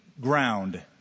ground